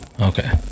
okay